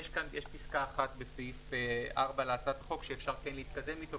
יש בסעיף 4 להצעת החוק פסקה אחת שאפשר כן להתקדם איתה,